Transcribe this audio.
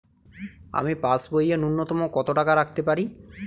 আমি পাসবইয়ে ন্যূনতম কত টাকা রাখতে পারি?